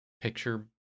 picture